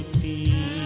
the